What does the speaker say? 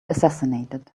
assassinated